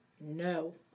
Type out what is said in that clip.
No